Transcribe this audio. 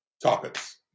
topics